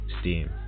Steam